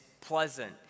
pleasant